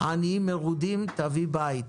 "עניים מרודים תביא בית"